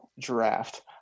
draft